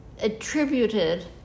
attributed